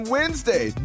Wednesday